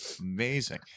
Amazing